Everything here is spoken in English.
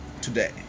today